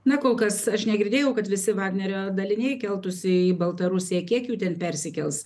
na kol kas aš negirdėjau kad visi vagnerio daliniai keltųsi į baltarusiją kiek jų ten persikels